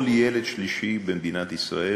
כל ילד שלישי במדינת ישראל